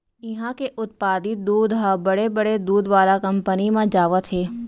इहां के उत्पादित दूद ह बड़े बड़े दूद वाला कंपनी म जावत हे